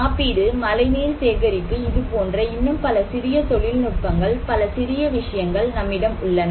காப்பீடு மழைநீர் சேகரிப்பு இதுபோன்ற இன்னும் பல சிறிய தொழில்நுட்பங்கள் பல சிறிய விஷயங்கள் நம்மிடம் உள்ளன